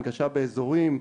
הנגשה באיזורים,